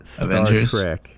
Avengers